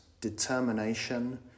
Determination